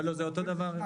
לא, זה אותו דבר.